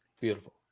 beautiful